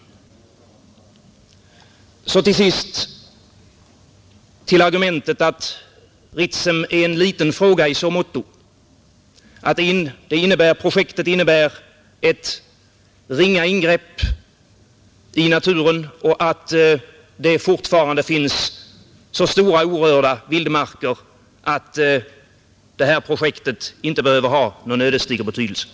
Till sist vill jag bemöta argumentet att Ritsem är en liten fråga i så motto att projektet innebär ett ringa ingrepp i naturen och att det fortfarande finns så stora orörda vildmarker att detta projekt inte behöver ha någon ödesdiger betydelse.